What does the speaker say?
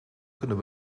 kunnen